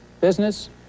business